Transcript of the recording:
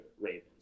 Ravens